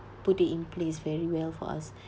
put it in place very well for us